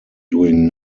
doing